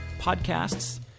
podcasts